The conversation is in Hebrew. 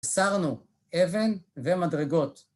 סרנו אבן ומדרגות